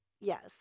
Yes